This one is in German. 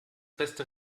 beste